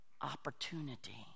opportunity